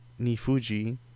Nifuji